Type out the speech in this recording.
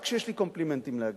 רק כשיש לי קומפלימנטים להגיד.